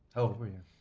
how old were you?